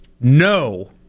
No